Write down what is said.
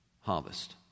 harvest